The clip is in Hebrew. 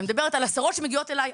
אני מדברת על עשרות שמגיעות אליי.